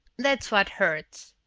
that's what hurts,